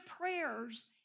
prayers